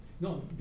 No